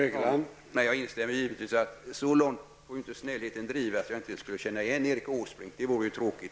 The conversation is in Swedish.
Herr talman! Jag instämmer givetvis i att snällheten inte får drivas så långt att jag inte skulle känna igen Erik Åsbrink. Det vore ju tråkigt.